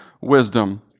wisdom